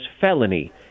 felony